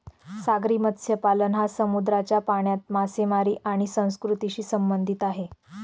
सागरी मत्स्यपालन हा समुद्राच्या पाण्यात मासेमारी आणि संस्कृतीशी संबंधित आहे